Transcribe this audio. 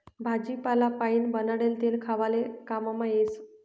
भाजीपाला पाइन बनाडेल तेल खावाले काममा येस